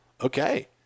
Okay